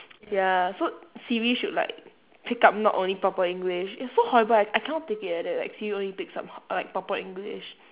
ya so siri should like pick up not only proper english it's so horrible I I cannot take it eh that like siri only takes up like proper english